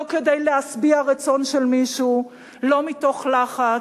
לא כדי להשביע רצון של מישהו, לא מתוך לחץ,